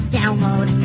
download